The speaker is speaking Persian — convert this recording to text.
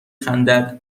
خندد